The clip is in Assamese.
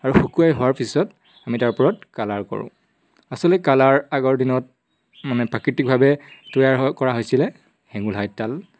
আৰু শুকুৱাই হোৱাৰ পিছত আমি তাৰ ওপৰত কালাৰ কৰোঁ আচলতে কালাৰ আগৰ দিনত মানে প্ৰাকৃতিকভাৱে তৈয়াৰ কৰা হৈছিলে হেঙুল হাইতাল